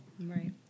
Right